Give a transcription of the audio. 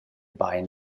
bain